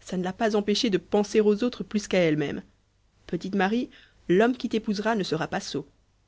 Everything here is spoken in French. ça ne l'a pas empêchée de penser aux autres plus qu'à elle-même petite marie l'homme qui t'épousera ne sera pas